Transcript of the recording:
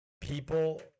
people